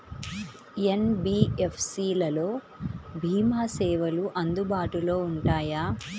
NBFC లలో భీమా సేవలు అందుబాటులో ఉంటాయా?